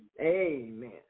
Amen